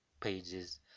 pages